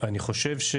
אני חושב,